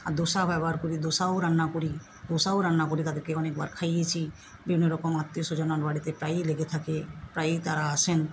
আর দোসাও ব্যবহার করি দোসাও রান্না করি দোসাও রান্না করে তাদেরকে অনেকবার খাইয়েছি বিভিন্ন রকম আত্মীয় স্বজন আমার বাড়িতে প্রায়ই লেগে থাকে প্রায়েই তারা আসেন